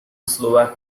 slovak